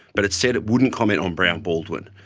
but it said it wouldn't comment on brown baldwin.